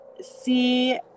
see